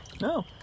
no